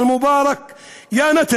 (אומר בערבית: נתניהו,